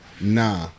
Nah